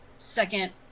second